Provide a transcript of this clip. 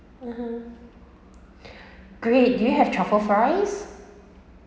(uh huh) great do you have truffle fries